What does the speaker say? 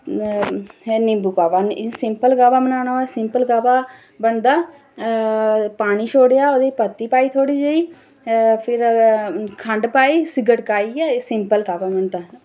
नींबू काह्वा इंया सिंपल काह्वा बनाना होऐ ते सिंपल काह्वा बनदा पानी छोड़ेआ ओह्दे च पत्ती पाई थोह्ड़ी फिर खंड पाई उसी गड़काइयै एह् सिंपल काह्वा बनदा